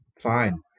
fine